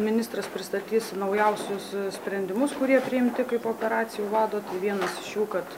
ministras pristatys naujausius sprendimus kurie priimti kaip operacijų vado tai vienas šių kad